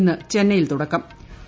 ഇന്ന് ചെന്നൈയിൽ തുടക്കമാവും